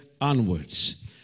onwards